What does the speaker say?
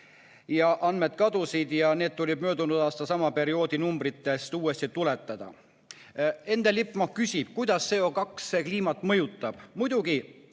crash, andmed kadusid ja need tuli möödunud aasta sama perioodi numbritest uuesti tuletada. Endel Lippmaa küsib, kuidas CO2kliimat mõjutab. Muidugi,